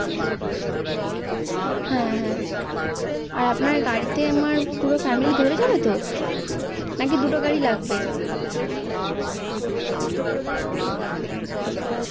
হ্যাঁ হ্যাঁ আর আপনার গাড়িতে আমার পুরো ফ্যামেলি ধরে যাবে তো নাকি দুটো গাড়ি লাগবে